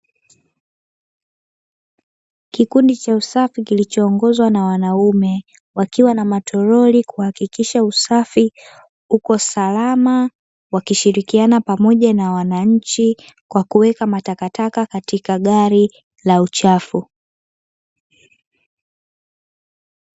Kikundi cha usafi kilichoongozwa na wanaume, wakiwa na matoroli kuhakikisha usafi upo salama, wakishirikiana pamoja na wananchi, kwa kuweka matakataka katika gari la uchafu.